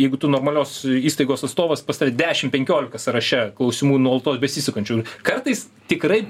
jeigu tu normalios įstaigos atstovas pas tave dešim penkiolika sąraše klausimų nuolatos besisukančiųir kartais tikrai